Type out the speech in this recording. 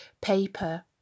paper